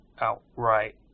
outright